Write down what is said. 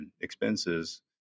expenses